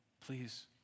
Please